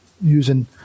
using